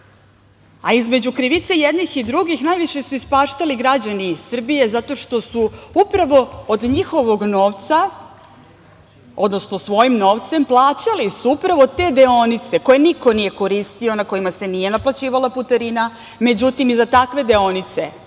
A između krivice jednih i drugih najviše su ispaštali građani Srbije zato što su upravo od njihovog novca, odnosno svojim novcem plaćali su upravo te deonice koje niko nije koristio na kojima se nije naplaćivala putarina. Međutim, iza takve deonice